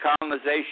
colonization